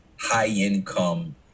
high-income